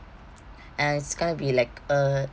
and it's going to be like a